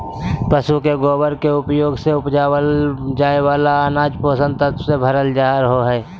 पशु के गोबर के उपयोग से उपजावल जाय वाला अनाज पोषक तत्वों से भरल रहो हय